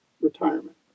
retirement